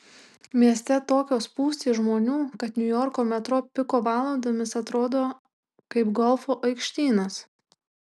mieste tokios spūstys žmonių kad niujorko metro piko valandomis atrodo kaip golfo aikštynas